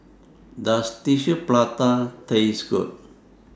Does Tissue Prata Taste Good